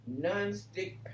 nonstick